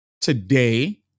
today